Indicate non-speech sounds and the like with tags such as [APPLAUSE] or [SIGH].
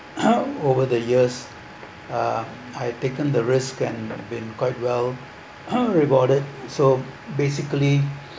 [COUGHS] over the years uh I had taken the risk and been quite well [COUGHS] rewarded so basically